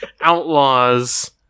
outlaws